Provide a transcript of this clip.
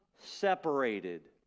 separated